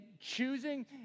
choosing